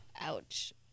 Ouch